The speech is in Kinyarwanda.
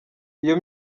iyi